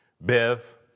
Bev